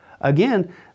Again